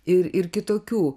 ir ir kitokių